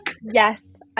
Yes